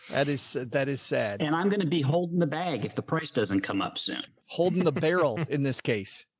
is, that is sad. and i'm going to be holding the bag if the price doesn't come up soon holding the barrel. in this case,